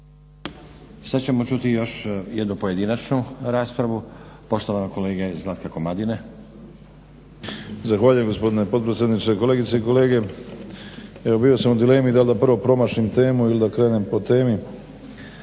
Sad ćemo čuti još jednu pojedinačnu raspravu poštovanog kolege Zlatka Komadine. **Komadina, Zlatko (SDP)** Zahvaljujem gospodine potpredsjedniče. Kolegice i kolege. Evo bio sam u dilemi dal da prvo promašim temu ili da krenem po temi